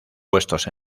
puestos